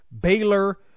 Baylor